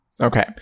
Okay